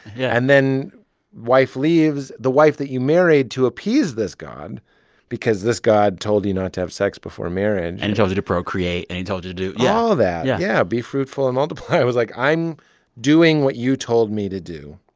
yeah and then wife leaves, the wife that you married to appease this god because this god told you not to have sex before marriage and he told you to procreate, and he told you to do yeah all of that, yeah. be fruitful and multiply. i was like, i'm doing what you told me to do,